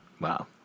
Wow